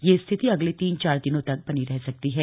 यह स्थिति अगले तीन चार दिनों तक बनी रह सकती है